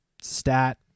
stat